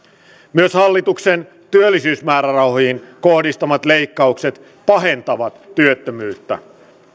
myös hallituksen työllisyysmäärärahoihin kohdistamat leikkaukset pahentavat työttömyyttä